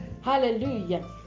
hallelujah